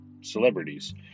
celebrities